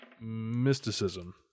mysticism